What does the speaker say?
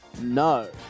No